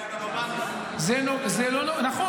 לא נוגע